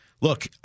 look